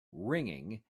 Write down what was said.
ringing